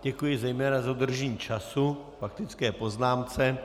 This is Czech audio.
Děkuji zejména za dodržení času k faktické poznámce.